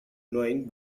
knowing